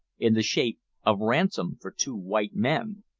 in the shape of ransom for two white men!